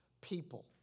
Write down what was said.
people